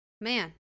Man